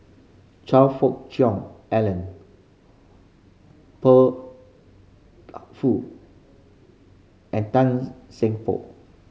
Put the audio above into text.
Choe Fook Cheong Alan Fur Fu and Tan Seng For